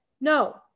no